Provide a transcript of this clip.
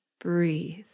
breathe